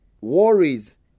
worries